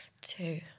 Two